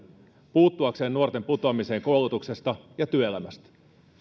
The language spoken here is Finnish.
puuttuakseen nuorten putoamiseen koulutuksesta ja työelämästä